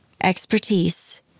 expertise